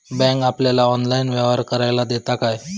Bank आपल्याला online व्यवहार करायला देता काय?